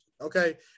okay